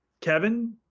Kevin